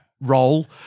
role